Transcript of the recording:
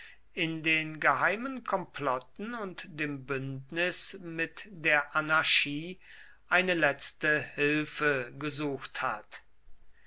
in den geheimen komplotten und dem bündnis mit der anarchie eine letzte hilfe gesucht hat